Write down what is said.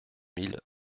mille